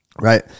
right